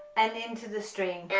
and into the string